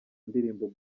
ndirimbo